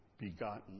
begotten